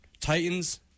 Titans